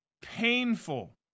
painful